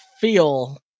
feel